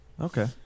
Okay